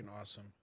awesome